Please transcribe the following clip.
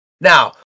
Now